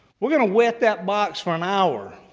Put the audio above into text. we're going to wet that box for an hour,